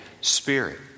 Spirit